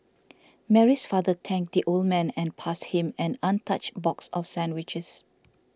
Mary's father thanked the old man and passed him an untouched box of sandwiches